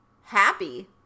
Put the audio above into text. happy